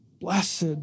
Blessed